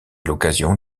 l’occasion